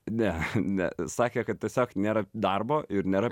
ne ne sakė kad tiesiog nėra darbo ir nėra